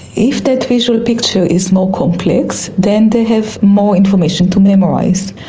if that visual picture is more complex than they have more information to memorise.